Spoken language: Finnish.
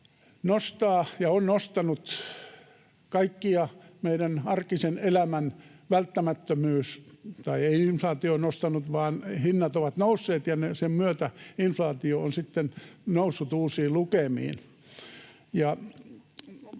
nostaa ja on nostanut kaikkia meidän arkisen elämämme välttämättömyyksiä, tai ei inflaatio ole nostanut, vaan hinnat ovat nousseet, ja sen myötä inflaatio on sitten noussut uusiin lukemiin.